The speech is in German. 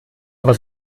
aber